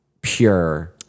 pure